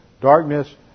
darkness